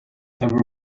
ever